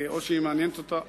או שהיא מעניינת אותה,